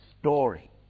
story